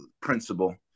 principle